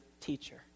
teacher